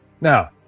Now